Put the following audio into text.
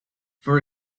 for